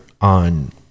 on